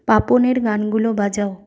পাপনের গানগুলো বাজাও